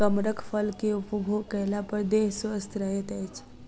कमरख फल के उपभोग कएला पर देह स्वस्थ रहैत अछि